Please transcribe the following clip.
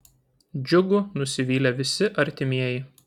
džiugu nusivylė visi artimieji